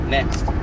Next